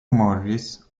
morris